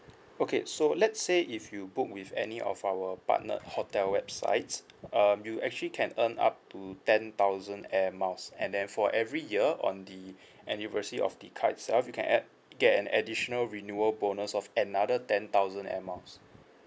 okay so let's say if you book with any of our partnered hotel websites um you actually can earn up to ten thousand air miles and then for every year on the anniversary of the card itself you can add get an additional renewal bonus of another ten thousand air miles